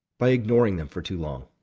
by ignoring them for too long.